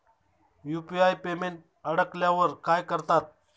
UPI payment अडकल्यावर काय करतात?